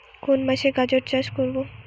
কোন মাসে গাজর চাষ করব?